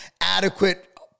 adequate